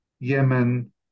Yemen